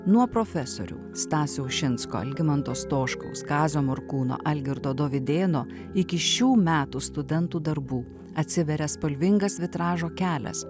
nuo profesorių stasio ušinsko algimanto stoškaus kazio morkūno algirdo dovydėno iki šių metų studentų darbų atsiveria spalvingas vitražo kelias